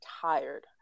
tired